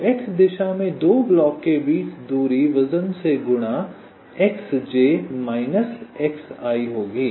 तो x दिशा में दो ब्लॉकों के बीच की दूरी वजन से गुणा xj माइनस xi होगी